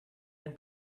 ein